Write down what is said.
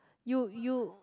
you you